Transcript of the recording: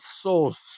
source